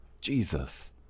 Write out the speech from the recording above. Jesus